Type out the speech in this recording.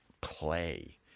play